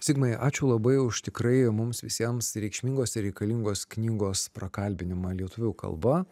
zigmai ačiū labai už tikrai mums visiems reikšmingos ir reikalingos knygos prakalbinimą lietuvių kalba